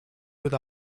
with